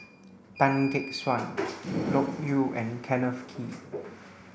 Tan Gek Suan Loke Yew and Kenneth Kee